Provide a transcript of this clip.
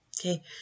Okay